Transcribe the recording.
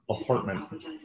apartment